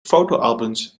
fotoalbums